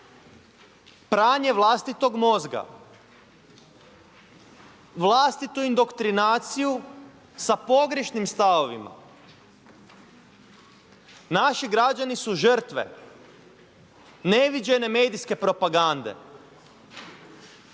pranje vlastitog mozga, vlastitu indoktrinaciju sa pogrešnim stavovima. Naši građani su žrtve neviđene medijske propagande